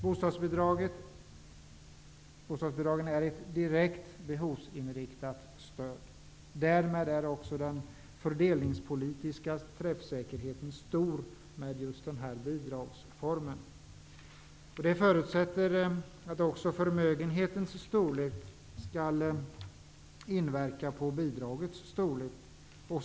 Bostadsbidragen är ett direkt behovsinriktat stöd. Därmed är också den fördelningspolitiska träffsäkerheten stor med just den här bidragsformen. Det förutsätter att också förmögenhetens storlek skall inverka på bidragets storlek.